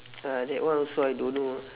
uh that one also I don't know ah